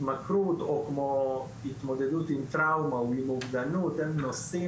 התמכרות או התמודדות עם טראומה ואובדנות אלה נושאים